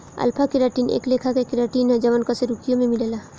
alpha keratin एक लेखा के केराटिन ह जवन कशेरुकियों में मिलेला